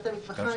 בתי מטבחיים,